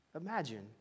Imagine